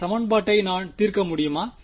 இந்த சமன்பாட்டை நான் தீர்க்க முடியுமா